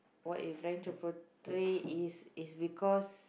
what you trying to portray is is because